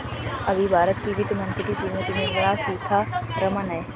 अभी भारत की वित्त मंत्री श्रीमती निर्मला सीथारमन हैं